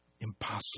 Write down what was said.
impossible